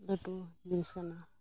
ᱞᱟᱹᱴᱩ ᱡᱤᱱᱤᱥ ᱠᱟᱱᱟ